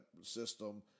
system